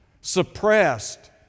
suppressed